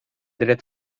dret